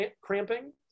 cramping